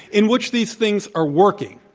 in which these things are working.